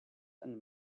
and